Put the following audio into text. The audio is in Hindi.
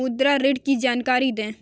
मुद्रा ऋण की जानकारी दें?